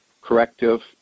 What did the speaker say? corrective